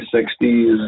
sixties